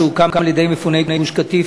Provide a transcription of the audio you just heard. שהוקם על-ידי מפוני גוש-קטיף,